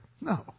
No